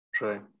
Right